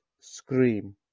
scream